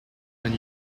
when